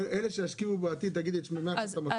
אלה שישקיעו בעתיד --- בדיוק,